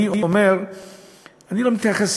אני לא מתייחס